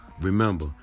Remember